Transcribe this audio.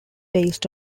based